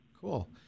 cool